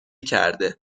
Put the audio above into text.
کرده